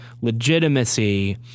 legitimacy